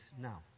now